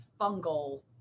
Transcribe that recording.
fungal